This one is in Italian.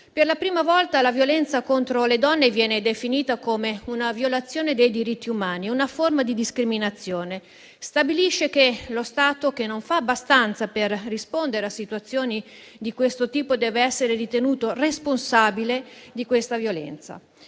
Per la prima volta, la violenza contro le donne viene definita come una violazione dei diritti umani, una forma di discriminazione; si stabilisce che lo Stato, che non fa abbastanza per rispondere a situazioni di questo tipo, deve essere ritenuto responsabile di questa violenza.